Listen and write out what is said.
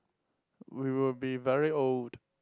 we will be very old